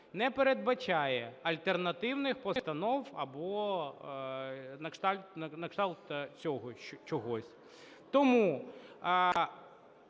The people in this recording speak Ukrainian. не передбачає альтернативних постанов або на кшталт цього чогось.